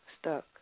stuck